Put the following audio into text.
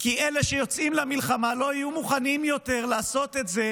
כי אלה שיוצאים למלחמה לא יהיו מוכנים יותר לעשות את זה